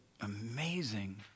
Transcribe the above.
amazing